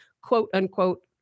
quote-unquote